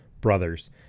brothers